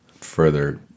further